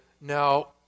now